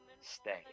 stay